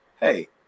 hey